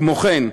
כמו כן,